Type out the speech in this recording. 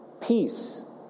peace